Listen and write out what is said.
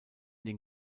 den